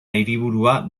hiriburua